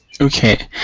Okay